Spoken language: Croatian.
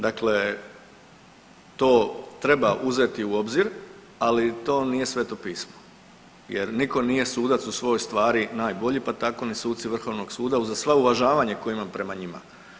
Dakle, to treba uzeti u obzir, ali to nije Sveto pismo jer nitko nije sudac u svojoj stvari najbolji pa tako ni suci Vrhovnog suda uz sva uvažavanja koja imam prema njima.